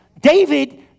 David